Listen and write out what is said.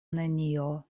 nenio